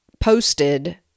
posted